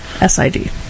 S-I-D